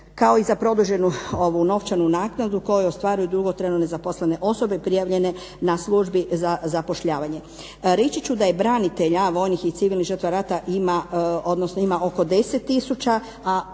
kao i za produženu ovu novčanu naknadu koju ostvaruju dugotrajno nezaposlene osobe prijavljene na službi za zapošljavanje? Reći ću da je branitelja, vojnih i civilnih žrtva rata, ima, odnosno ima